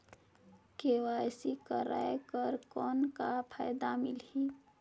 KYC कराय कर कौन का फायदा मिलही?